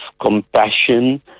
compassion